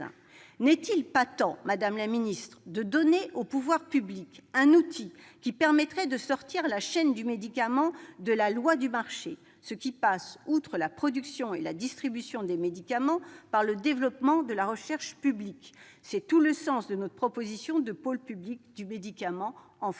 N'est-il pas temps, madame la secrétaire d'État, de donner aux pouvoirs publics un outil qui permettrait de sortir la chaîne du médicament de la loi du marché, ce qui passe, outre la production et la distribution des médicaments, par le développement de la recherche publique ? C'est tout le sens de notre proposition de pôle public du médicament en France